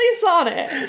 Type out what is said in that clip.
Sonic